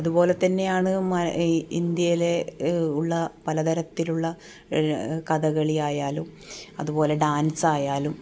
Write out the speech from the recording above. അതുപോലെ തന്നെയാണ് ഇന്ത്യയിൽ ഉള്ള പലതരത്തിലുള്ള കഥകളി ആയാലും അതുപോലെ ഡാൻസ് ആയാലും